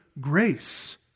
grace